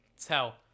tell